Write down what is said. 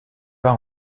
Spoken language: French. pas